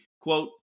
quote